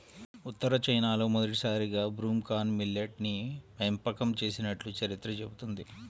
ఉత్తర చైనాలో మొదటిసారిగా broom corn millet ని పెంపకం చేసినట్లు చరిత్ర చెబుతున్నది